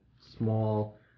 small